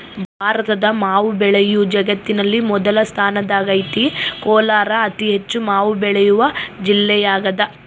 ಭಾರತದ ಮಾವು ಬೆಳೆಯು ಜಗತ್ತಿನಲ್ಲಿ ಮೊದಲ ಸ್ಥಾನದಾಗೈತೆ ಕೋಲಾರ ಅತಿಹೆಚ್ಚು ಮಾವು ಬೆಳೆವ ಜಿಲ್ಲೆಯಾಗದ